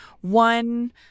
one